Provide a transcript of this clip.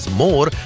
more